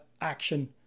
action